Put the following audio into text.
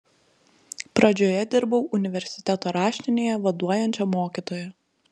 pradžioje dirbau universiteto raštinėje vaduojančia mokytoja